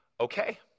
okay